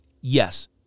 Yes